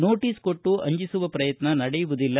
notice ಕೊಟ್ಟು ಅಂಜಿಸುವ ಪ್ರಯತ್ನ ನಡೆಯಲ್ಲ